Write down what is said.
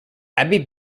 abbey